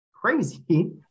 crazy